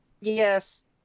Yes